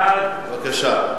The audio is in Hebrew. בבקשה.